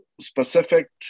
specific